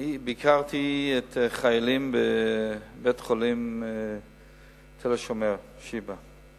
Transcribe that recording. ביקרתי את החיילים בבית-החולים "תל-השומר" "שיבא";